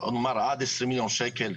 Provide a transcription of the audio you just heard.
עד 20 מיליון שקל,